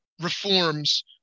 reforms